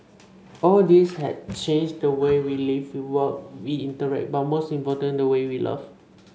all this has changed the way we live we work we interact but most importantly the way we love